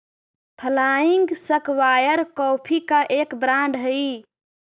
flying square coffee का एक brand हई